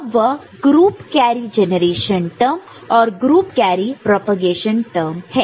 अब वह group carry generation term और ग्रुप कैरी प्रोपेगेशन टर्म है